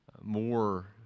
more